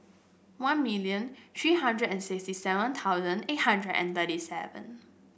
one million three hundred and sixty seven thousand eight hundred and thirty seven